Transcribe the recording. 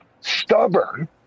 stubborn